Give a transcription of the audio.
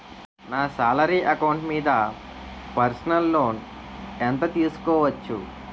నా salary account మీద personal loan ఎంత తీసుకోవచ్చు?